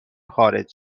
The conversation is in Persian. خارج